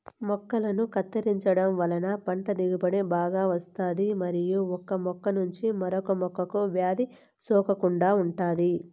మొక్కలను కత్తిరించడం వలన పంట దిగుబడి బాగా వస్తాది మరియు ఒక మొక్క నుంచి మరొక మొక్కకు వ్యాధి సోకకుండా ఉంటాది